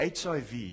hiv